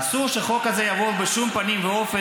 אסור שהחוק הזה יעבור בשום פנים ואופן